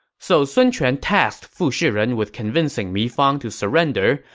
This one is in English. so sun quan tasked fu shiren with convincing mi fang to surrender,